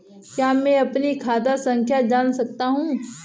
क्या मैं अपनी खाता संख्या जान सकता हूँ?